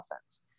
offense